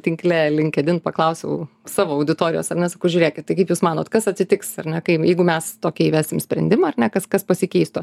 tinkle linkedin paklausiau savo auditorijos ar ne sakau žiūrėkit tai kaip jūs manot kas atsitiks ar ne kai jeigu mes tokį įvesim sprendimą ar ne kas kas pasikeistų